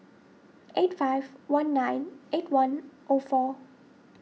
eight five one nine eight one O four